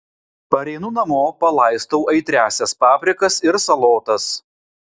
pareinu namo palaistau aitriąsias paprikas ir salotas